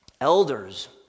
Elders